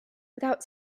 without